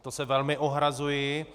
To se velmi ohrazuji.